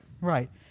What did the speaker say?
Right